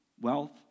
Wealth